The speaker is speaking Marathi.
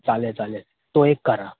चालेल चालेल तो एक करा